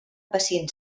pacients